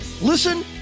Listen